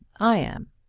i am.